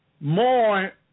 more